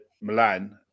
Milan